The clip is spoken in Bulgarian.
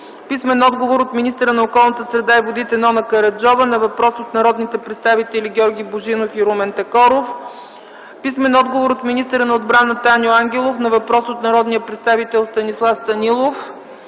Румен Такоров; – министъра на околната среда и водите Нона Караджова на въпрос от народните представители Георги Божинов и Румен Такоров; – министъра на отбраната Аньо Ангелов на въпрос от народния представител Станислав Станилов;